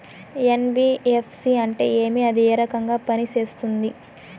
NBFC అంటే ఏమి అది ఏ రకంగా పనిసేస్తుంది